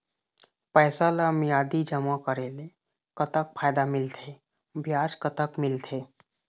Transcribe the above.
पैसा ला मियादी जमा करेले, कतक फायदा मिलथे, ब्याज कतक मिलथे?